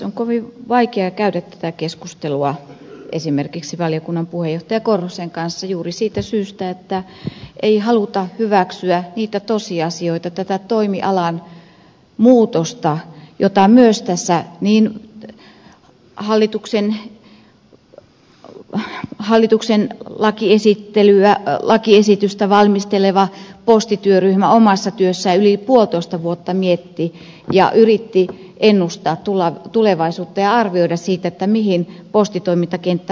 on kovin vaikea käydä tätä keskustelua esimerkiksi valiokunnan puheenjohtaja korhosen kanssa juuri siitä syystä että ei haluta hyväksyä tosiasioita tätä toimialan muutosta jota myös hallituksen lakiesitystä valmisteleva postityöryhmä omassa työssään yli puolitoista vuotta mietti ja yritti ennustaa tulevaisuutta ja arvioida sitä millaiseksi postitoimintakenttä muuttuu